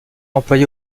employé